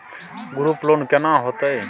Group loan केना होतै?